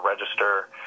register